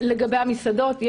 לגבי המסעדות.